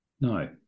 No